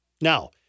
Now